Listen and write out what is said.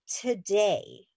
today